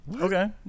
Okay